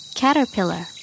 Caterpillar